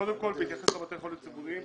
קודם כל, בהתייחס לבתי החולים הציבוריים.